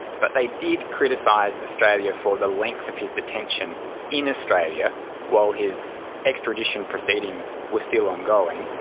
but they did criticise australia for the length of his detention in australia while his extradition proceedings were still ongoing,